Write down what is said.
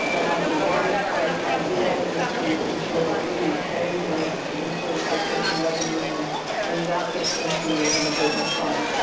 that might be one idea is to ensure that we retain the administrative citation revenues. and maybe that gets into an abatement fund